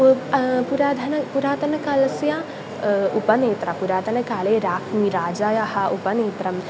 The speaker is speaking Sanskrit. पुरातन पुरातनकालस्य उपनेत्रं पुरातनकाले रा राजस्य उपनेत्रं